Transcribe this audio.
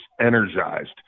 energized